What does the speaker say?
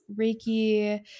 Reiki